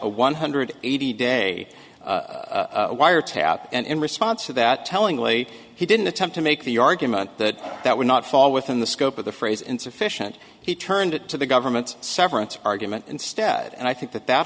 a one hundred eighty day wiretap and in response to that tellingly he didn't attempt to make the argument that that would not fall within the scope of the phrase insufficient he turned it to the government severance argument instead and i think that that